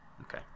Okay